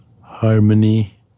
harmony